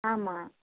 ஆமாம்